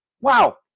Wow